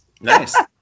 nice